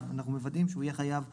ואנחנו מוודאים שהוא יהיה חייב להמשיך,